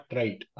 right